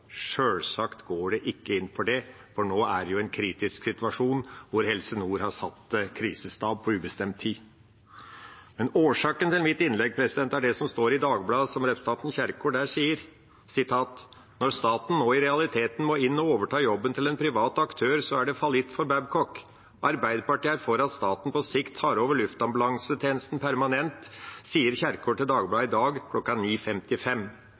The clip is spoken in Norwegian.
sjølsagt – går en ikke inn for det, for nå er det jo en kritisk situasjon, hvor Helse Nord har satt krisestab på ubestemt tid. Årsaken til mitt innlegg er det representanten Kjerkol sier i Dagbladet: «Når staten nå i realiteten må inn å overta jobben til en privat aktør, så er det fallitt for Babcock. Arbeiderpartiet er for at staten på sikt tar over luftambulansen permanent,» sier Kjerkol til